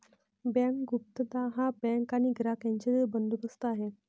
bank गुप्तता हा bank आणि ग्राहक यांच्यातील बंदोबस्त आहे